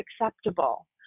acceptable